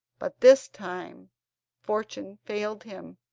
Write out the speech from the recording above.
but this time fortune failed him,